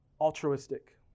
altruistic